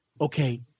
okay